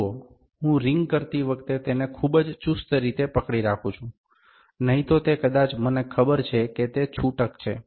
જુઓ હું રિંગ કરતી વખતે તેને ખૂબ જ ચુસ્ત રીતે પકડી રાખું છું નહીં તો તે કદાચ મને ખબર છે કે તે છૂટક છે